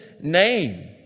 name